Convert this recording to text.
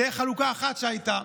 זאת חלוקה אחת שהייתה.